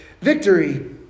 victory